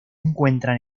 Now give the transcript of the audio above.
encuentran